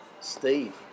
Steve